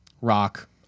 rock